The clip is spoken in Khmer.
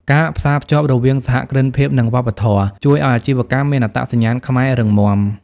ការផ្សារភ្ជាប់រវាង "សហគ្រិនភាព និងវប្បធម៌" ជួយឱ្យអាជីវកម្មមានអត្តសញ្ញាណខ្មែររឹងមាំ។